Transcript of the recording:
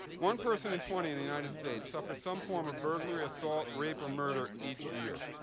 one person in twenty in the united states suffers some form of burglary, assault, rape, or murder each year.